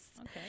Okay